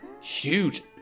huge